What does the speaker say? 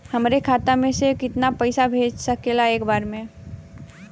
हमरे खाता में से कितना पईसा भेज सकेला एक बार में?